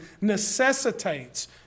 necessitates